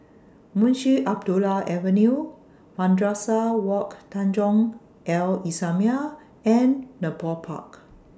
Munshi Abdullah Avenue Madrasah Wak Tanjong Al Islamiah and Nepal Park